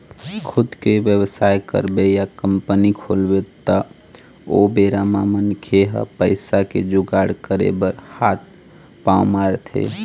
खुद के बेवसाय करबे या कंपनी खोलबे त ओ बेरा म मनखे ह पइसा के जुगाड़ करे बर हात पांव मारथे